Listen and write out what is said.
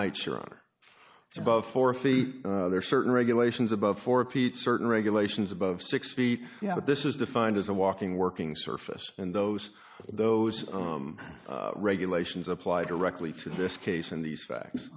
honor it's about four feet there are certain regulations about four feet certain regulations above six feet yeah this is defined as a walking working surface and those those regulations apply directly to this case and these facts